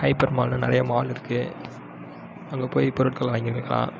upper mall நிறையா mall இருக்குது அங்கே போய் பொருட்கள் வாங்கிக்கலாம்